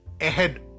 ahead